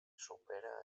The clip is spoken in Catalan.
supera